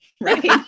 right